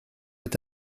est